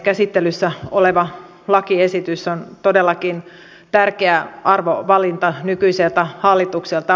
käsittelyssä oleva lakiesitys on todellakin tärkeä arvovalinta nykyiseltä hallitukselta